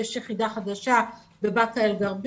יש יחידה חדשה בבאקה אל-גרביה.